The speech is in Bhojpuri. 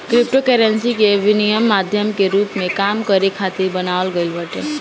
क्रिप्टोकरेंसी के विनिमय माध्यम के रूप में काम करे खातिर बनावल गईल बाटे